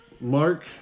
mark